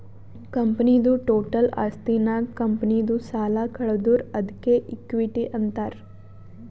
ಕಂಪನಿದು ಟೋಟಲ್ ಆಸ್ತಿನಾಗ್ ಕಂಪನಿದು ಸಾಲ ಕಳದುರ್ ಅದ್ಕೆ ಇಕ್ವಿಟಿ ಅಂತಾರ್